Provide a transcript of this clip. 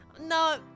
No